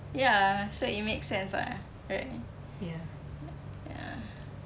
ya so it makes sense [what] right ya